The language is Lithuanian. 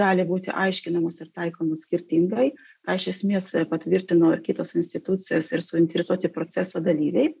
gali būti aiškinamos ir taikomos skirtingai tą iš esmės patvirtino ir kitos institucijos ir suinteresuoti proceso dalyviai